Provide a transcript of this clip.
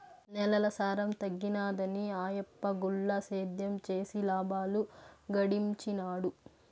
నేలల సారం తగ్గినాదని ఆయప్ప గుల్ల సేద్యం చేసి లాబాలు గడించినాడు